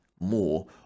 more